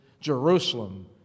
Jerusalem